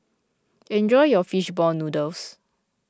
enjoy your Fish Ball Noodles